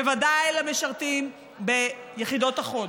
בוודאי למשרתים ביחידות החוד,